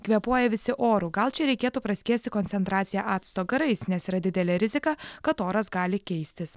kvėpuoja visi oru gal čia reikėtų praskiesti koncentraciją acto garais nes yra didelė rizika kad oras gali keistis